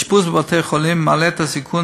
האשפוז בבתי-החולים מעלה את הסיכון